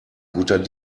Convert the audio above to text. guter